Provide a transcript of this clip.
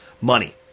money